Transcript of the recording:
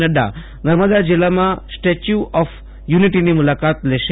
નઙા નર્મદા જિલ્લામાં statue of યુનિટીની મુલાકાત લેશે